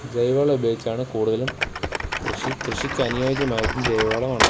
ജൈവവളം ഉപയോഗിച്ചാണ് കൂടുതലും കൃഷി കൃഷിയ്ക്ക് അനുയോജ്യമായതും ജൈവവളമാണ്